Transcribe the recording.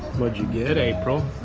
what'd you get april,